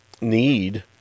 need